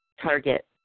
target